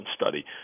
study